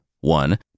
One